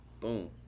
Boom